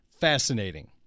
fascinating